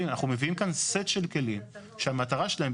מביאים כאן סט של כלים שהמטרה שלהם,